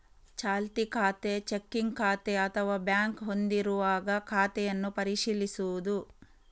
ಚಾಲ್ತಿ ಖಾತೆ, ಚೆಕ್ಕಿಂಗ್ ಖಾತೆ ಅಥವಾ ಬ್ಯಾಂಕ್ ಹೊಂದಿರುವಾಗ ಖಾತೆಯನ್ನು ಪರಿಶೀಲಿಸುವುದು